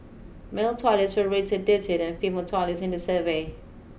male toilets were rated dirtier than female toilets in the survey